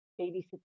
babysit